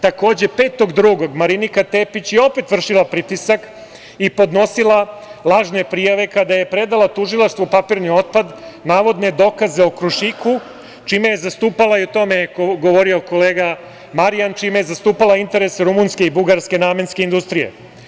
Takođe, 5. februara Marinika Tepić je opet vršila pritisak i podnosila lažne prijave kada je predala tužilaštvu papirni otpad, navodne dokaze o „Krušiku“ čime je zastupala, o tome je govorio kolega Marijan, interese rumunske i bugarske namenske industrije.